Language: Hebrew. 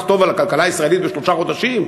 טוב על הכלכלה הישראלית בשלושה חודשים.